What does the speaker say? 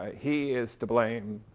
ah he is to blame,